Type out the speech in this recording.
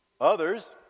Others